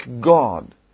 God